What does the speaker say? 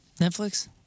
Netflix